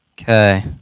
Okay